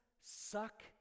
suck